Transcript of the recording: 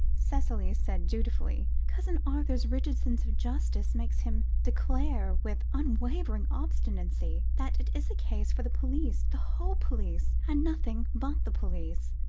cicely said doubtfully. cousin arthur's rigid sense of justice, makes him declare with unwavering obstinacy that it is a case for the police, the whole police, and nothing but the police.